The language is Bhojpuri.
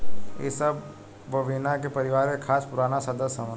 इ सब बोविना के परिवार के खास पुराना सदस्य हवन